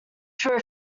should